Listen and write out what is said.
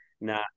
nah